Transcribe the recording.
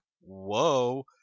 whoa